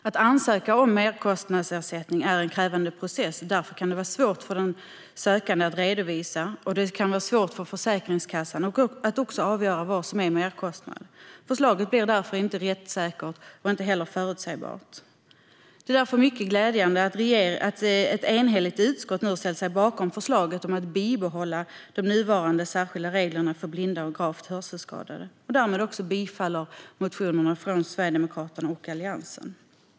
Att ansöka om merkostnadsersättning är en krävande process, och därför kan det vara svårt för den sökande att redovisa och svårt för Försäkringskassan att avgöra vad som är merkostnad. Förslaget blir därför inte rättssäkert och heller inte förutsägbart. Det är därför mycket glädjande att ett enhälligt utskott nu har ställt sig bakom förslaget att bibehålla de nuvarande särskilda reglerna för blinda och gravt hörselskadade och därmed tillstyrker motionerna från Sverigedemokraterna och Alliansen.